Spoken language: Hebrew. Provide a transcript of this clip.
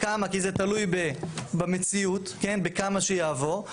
זה תלוי במציאות בכמה שיעבור,